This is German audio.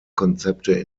konzepte